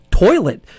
toilet